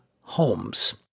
Holmes